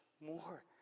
more